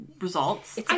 results